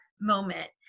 moment